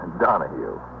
Donahue